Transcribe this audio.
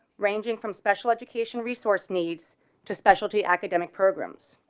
ranging from special education, resource needs to specialty academic programs.